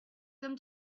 them